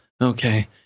Okay